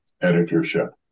editorship